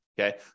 Okay